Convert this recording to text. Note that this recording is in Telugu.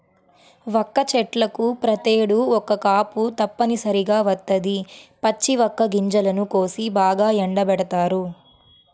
వక్క చెట్లకు ప్రతేడు ఒక్క కాపు తప్పనిసరిగా వత్తది, పచ్చి వక్క గింజలను కోసి బాగా ఎండబెడతారు